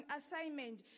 assignment